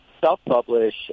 self-publish